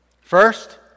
First